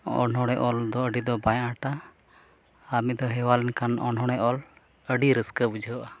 ᱚᱱᱚᱲᱦᱮ ᱚᱞ ᱫᱚ ᱟᱹᱰᱤ ᱫᱚ ᱵᱟᱭ ᱟᱸᱴᱟ ᱟᱨ ᱢᱤᱫ ᱫᱷᱟᱹᱣ ᱦᱮᱣᱟ ᱞᱮᱱᱠᱷᱟᱱ ᱚᱱᱚᱲᱦᱮ ᱚᱞ ᱟᱹᱰᱤ ᱨᱟᱹᱥᱠᱟᱹ ᱵᱩᱡᱷᱟᱹᱣᱚᱜᱼᱟ